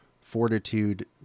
fortitude